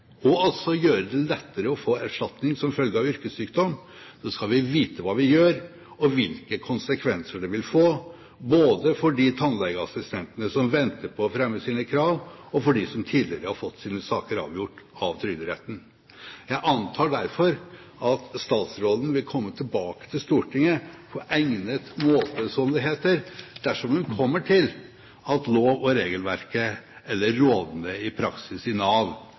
og altså gjøre det lettere å få erstatning som følge av yrkessykdom, skal vi vite hva vi gjør, og hvilke konsekvenser det vil få både for de tannlegeassistentene som venter på å fremme sine krav, og for dem som tidligere har fått sine saker avgjort av Trygderetten. Jeg antar derfor at statsråden vil komme tilbake til Stortinget på egnet måte, som det heter, dersom hun kommer til at lov- og regelverket eller rådende praksis i Nav